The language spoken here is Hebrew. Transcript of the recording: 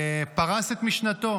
ופרש את משנתו.